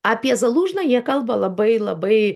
apie zalužną jie kalba labai labai